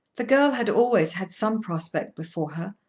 the girl had always had some prospect before her,